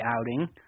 outing